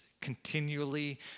continually